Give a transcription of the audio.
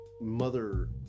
mother